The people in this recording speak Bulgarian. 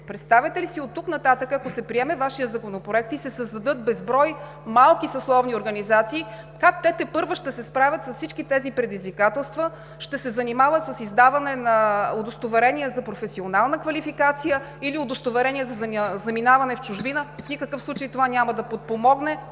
Представяте ли си оттук нататък, ако се приеме Вашият законопроект и се създадат безброй малки съсловни организации, как те тепърва ще се справят с всички тези предизвикателства, ще се занимават с издаване на удостоверения за професионална квалификация или удостоверения за заминаване в чужбина? В никакъв случай това няма да подпомогне